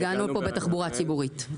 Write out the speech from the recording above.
הגענו לפה בתחבורה ציבורית.